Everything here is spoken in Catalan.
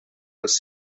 els